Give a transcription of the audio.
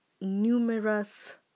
numerous